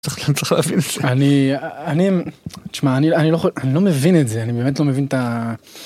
אני אני, תשמע אני לא מבין את זה אני באמת לא מבין את ה.